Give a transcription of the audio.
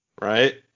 Right